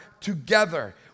together